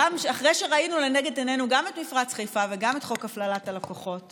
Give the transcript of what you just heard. אחרי שראינו לנגד עינינו גם את מפרץ חיפה וגם את חוק הפללת הלקוחות